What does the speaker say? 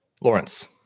Lawrence